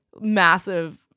massive